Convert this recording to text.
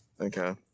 Okay